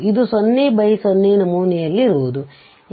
ಇದು 00ನಮೂನೆಯಲ್ಲಿರುವುದು